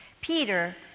Peter